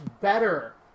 better